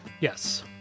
Yes